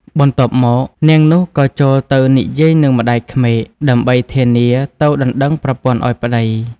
បន្ទាប់មក នាងនោះ ក៏ចូលទៅនិយាយនឹងម្តាយក្មេក ដើម្បីធានាទៅដណ្ដឹងប្រពន្ធឲ្យប្តី ។